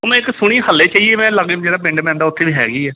ਉਹ ਮੈਂ ਇੱਕ ਸੁਣੀ ਹਜੇ ਚਾਹੀਏ ਮੈਂ ਲਾਗੇ ਵੀ ਜਿਹੜਾ ਪਿੰਡ ਪੈਂਦਾ ਉੱਥੇ ਹੈਗੀ ਆ